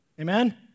amen